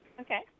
Okay